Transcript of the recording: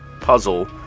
puzzle